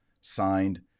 signed